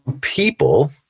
people